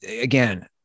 again